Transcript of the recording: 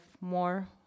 more